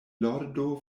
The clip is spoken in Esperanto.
lordo